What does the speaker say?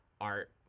art